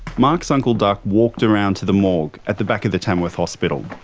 mark's uncle duck walked around to the morgue at the back of the tamworth hospital.